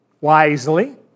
wisely